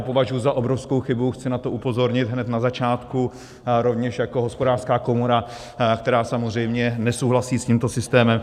Považuji to za obrovskou chybu, chci na to upozornit hned na začátku rovněž jako Hospodářská komora, která samozřejmě nesouhlasí s tímto systémem.